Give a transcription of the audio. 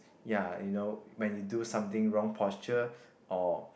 ya you know when you do something wrong posture or